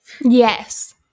Yes